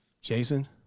jason